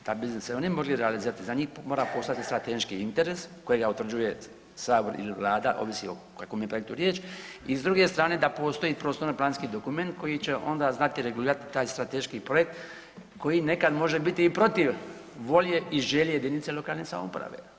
E kad bi se oni mogli realizirati za njih mora postojati strateški interes kojega utvrđuje Sabor ili Vlada ovisi o kojem je projektu riječ i s druge strane da postoji prostorno-planski dokument koji će onda znati regulirati taj strateški projekt koji nekad može biti i protiv volje i želje jedinice lokalne samouprave.